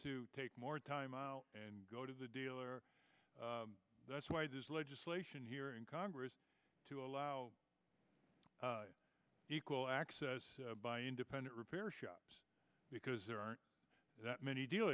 to take more time out and go to the dealer that's why there's legislation here in congress to allow equal access by independent repair shops because there aren't that many deal